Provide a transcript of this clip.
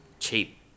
Cheap